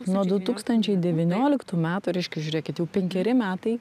nuo du tūkstančiai devynioliktų metų reiškia žiūrėkit jau penkeri metai